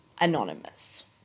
Anonymous